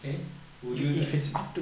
okay would you like